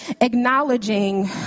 acknowledging